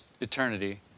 eternity